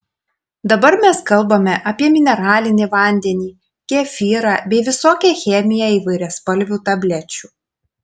dabar mes kalbame apie mineralinį vandenį kefyrą bei visokią chemiją įvairiaspalvių tablečių